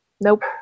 Nope